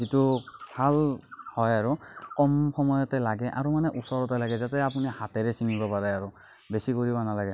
যিটো ভাল হয় আৰু কম সময়তে লাগে আৰু মানে ওচৰতে লাগে যাতে আপুনি হাতেৰে ছিঙিব পাৰে আৰু বেছি কৰিব নালাগে